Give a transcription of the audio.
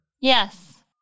Yes